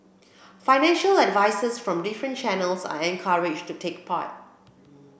financial advisers from different channels are encouraged to take part